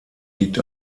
liegt